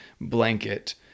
blanket